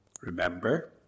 Remember